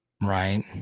right